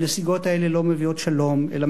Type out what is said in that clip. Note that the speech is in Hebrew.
הנסיגות האלה לא מביאות שלום אלא